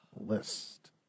list